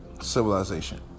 Civilization